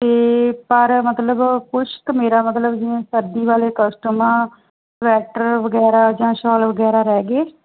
ਅਤੇ ਪਰ ਮਤਲਬ ਕੁਝ ਤਾਂ ਮੇਰਾ ਮਤਲਬ ਜਿਵੇਂ ਸਰਦੀ ਵਾਲੇ ਕਸਟਮ ਆ ਸਵੈਟਰ ਵਗੈਰਾ ਜਾਂ ਸ਼ੋਲ ਵਗੈਰਾ ਰਹਿ ਗਏ